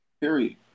Period